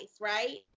right